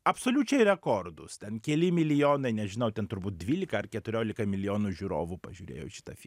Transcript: absoliučiai rekordus ten keli milijonai nežinau ten turbūt dvylika ar keturiolika milijonų žiūrovų pažiūrėjo šitą fil